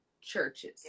churches